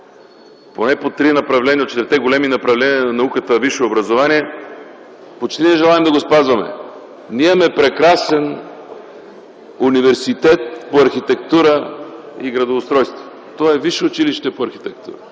поне по три направления от четирите големи направления на науката, висше образование, почти не желаем да го спазваме. Ние имаме прекрасен Университет по архитектура и градоустройство. То е висше училище по архитектура.